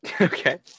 Okay